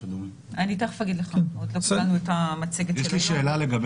אני תכף אגיד לך, עוד לא קיבלנו את המצגת של היום.